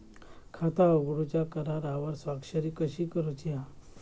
खाता उघडूच्या करारावर स्वाक्षरी कशी करूची हा?